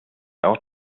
ought